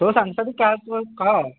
ତୋ ସାଙ୍ଗସାଥୀ କାହାକୁ କହ